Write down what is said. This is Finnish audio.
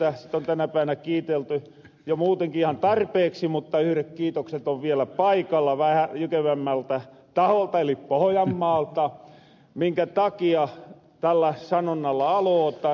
sitä on tänä päivänä kiitelty jo muutenkin ihan tarpeeksi mutta yhret kiitokset on vielä paikalla vähän jykevämmältä taholta eli pohojammaalta minkä takia tällä sanonnalla alootan